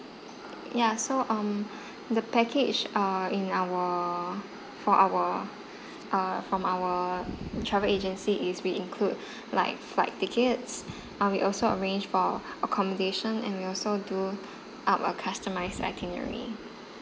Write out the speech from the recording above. ya so um the package uh in our for our uh from our travel agency is we include like flight flight tickets um we also arrange for accommodation and we also do up a customised itinerary